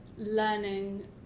learning